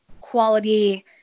quality